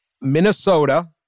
Minnesota